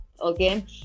okay